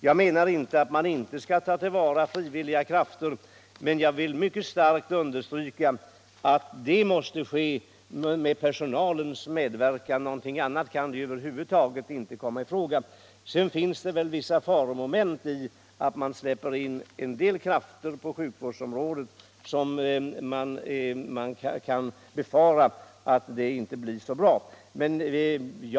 Jag menar inte att man inte skall ta till vara frivilliga krafter men vill mycket starkt understryka, att det måste ske med personalens medverkan. Något annat kan inte komma i fråga. Det ligger också en del faromoment i att släppa in vissa krafter på sjukvårdsområdet som man kan befara inte kommer att ge så goda resultat.